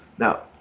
Now